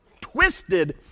twisted